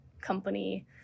company